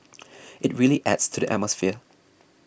it really adds to the atmosphere